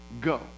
go